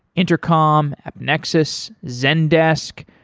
intercom, nexus, zendesk,